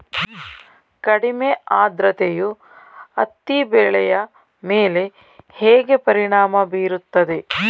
ಕಡಿಮೆ ಆದ್ರತೆಯು ಹತ್ತಿ ಬೆಳೆಯ ಮೇಲೆ ಹೇಗೆ ಪರಿಣಾಮ ಬೀರುತ್ತದೆ?